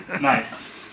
nice